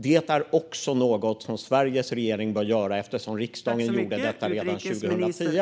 Det är också något som Sveriges regering bör göra eftersom riksdagen gjorde detta redan 2010.